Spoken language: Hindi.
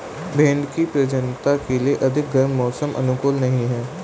भेंड़ की प्रजननता के लिए अधिक गर्म मौसम अनुकूल नहीं है